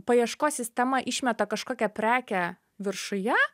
paieškos sistema išmeta kažkokią prekę viršuje